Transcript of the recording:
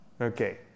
Okay